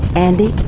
andi,